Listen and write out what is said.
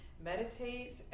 meditate